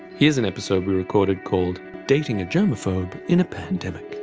here's an episode we recorded called dating a germaphobe in a pandemic.